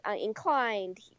inclined